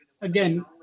again